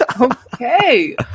Okay